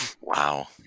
Wow